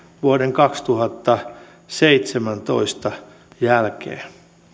vuoden kaksituhattaseitsemäntoista jälkeen